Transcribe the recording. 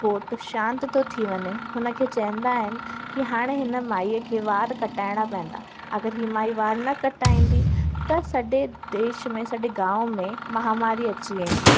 घोट शांति थो थी वञे हुन खे चवंदा आहिनि की हाणे हिन माईअ खे वार कटाइणा पवंदा अगरि हीअ माई वार न कटाईंदी त सॼे देश में सॼे गाम में माहामारी अची वेंदी